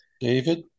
David